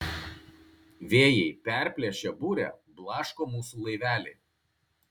vėjai perplėšę burę blaško mūsų laivelį